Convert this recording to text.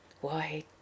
Why